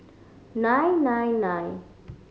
nine nine nine